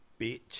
Bitch